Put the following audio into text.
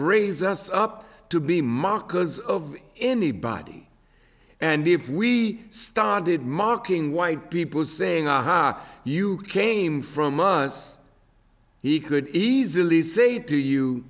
raise us up to be markers of anybody and if we started marking white people saying aha you came from us he could easily say to you